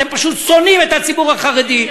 אתם פשוט שונאים את הציבור החרדי,